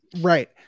Right